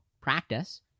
practice